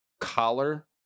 collar